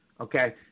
Okay